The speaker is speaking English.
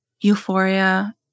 euphoria